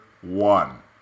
one